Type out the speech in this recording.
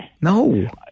No